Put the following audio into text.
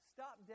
Stop